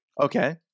okay